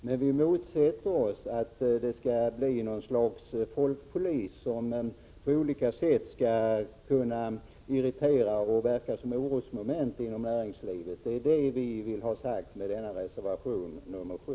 Men vi motsätter oss att det skall växa fram något slags folkpolis, som på olika sätt skall kunna irritera och verka som orosmoment i näringslivet. Det är det som vi vill ha sagt med vår reservation nr 7.